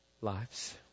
lives